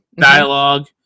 dialogue